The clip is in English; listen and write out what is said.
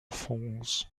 falls